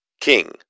King